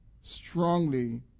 strongly